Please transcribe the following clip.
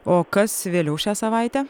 o kas vėliau šią savaitę